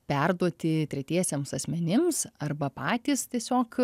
perduoti tretiesiems asmenims arba patys tiesiog